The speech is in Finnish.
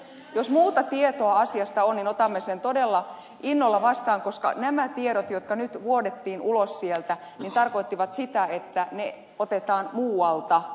jos muuta tietoa asiasta on niin otamme sen todella innolla vastaan koska nämä tiedot jotka nyt vuodettiin ulos sieltä tarkoittivat sitä että ne rahat otetaan sisältä